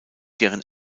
deren